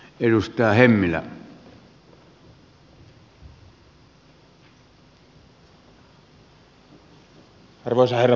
arvoisa herra puhemies